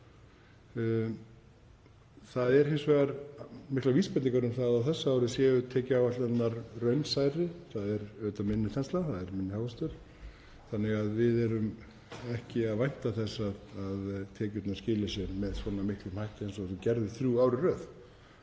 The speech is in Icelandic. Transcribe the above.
Það eru hins vegar miklar vísbendingar um það að á þessu ári séu tekjuáætlanirnar raunsærri. Það er auðvitað minni þensla, minni hagvöxtur, þannig að við erum ekki að vænta þess að tekjurnar skili sér með svona miklum hætti eins og við gerðum þrjú ár í röð.